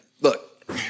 look